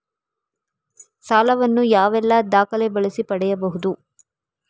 ಸಾಲ ವನ್ನು ಯಾವೆಲ್ಲ ದಾಖಲೆ ಬಳಸಿ ಪಡೆಯಬಹುದು?